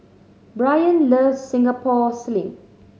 Brian loves Singapore Sling